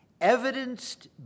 evidenced